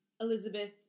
Elizabeth